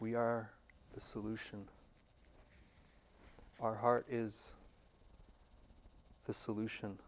we are the solution our heart is the solution